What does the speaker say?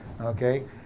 okay